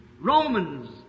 Romans